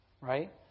right